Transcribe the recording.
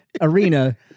arena